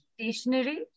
stationary